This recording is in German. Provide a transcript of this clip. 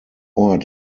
ort